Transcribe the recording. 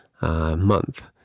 month